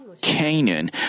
Canaan